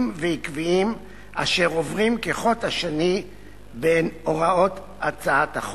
ועקביים אשר עוברים כחוט השני בין הוראות הצעת החוק.